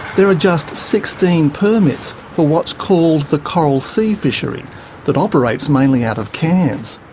there are just sixteen permits for what's called the coral sea fishery that operates mainly out of cairns.